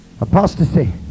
apostasy